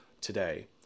today